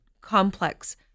complex